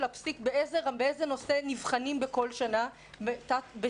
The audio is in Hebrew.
הפסיק באיזה נושא נבחנים בכל שנה ותת-נושא.